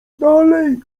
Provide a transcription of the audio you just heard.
dalej